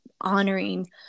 honoring